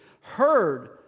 heard